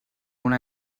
una